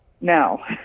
No